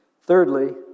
Thirdly